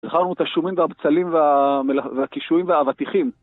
זכרנו את השומים והבצלים והקישואים והאבטיחים.